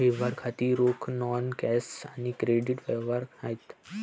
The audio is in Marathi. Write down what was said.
व्यवहार खाती रोख, नॉन कॅश आणि क्रेडिट व्यवहार आहेत